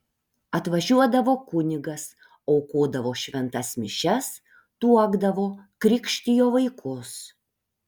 atvažiuodavo kunigas aukodavo šventas mišias tuokdavo krikštijo vaikus